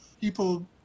people